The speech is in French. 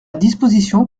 disposition